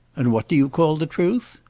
and what do you call the truth?